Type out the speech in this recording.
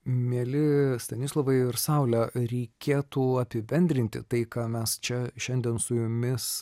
mieli stanislovai ir saule reikėtų apibendrinti tai ką mes čia šiandien su jumis